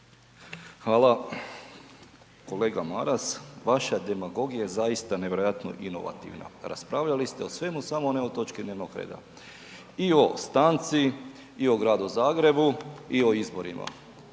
Hvala. Kolega Maras vaša demagogija je zaista nevjerojatno inovativna, raspravljali ste o svemu samo ne o točki dnevnog reda. I o stanci i o Gradu Zagrebu i o izborima.